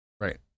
right